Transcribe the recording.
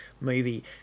movie